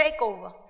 takeover